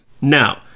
Now